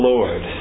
Lord